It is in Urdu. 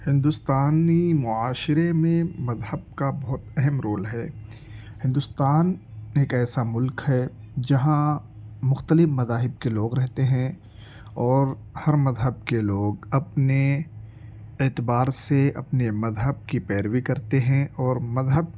ہندوستانی معاشرے میں مذہب کا بہت اہم رول ہے ہندوستان ایک ایسا ملک ہے جہاں مختلف مذاہب کے لوگ رہتے ہیں اور ہر مذہب کے لوگ اپنے اعتبار سے اپنے مذہب کی پیروی کرتے ہیں اور مذہب